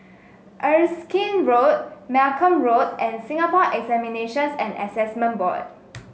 Erskine Road Malcolm Road and Singapore Examinations and Assessment Boy